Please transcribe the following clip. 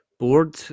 board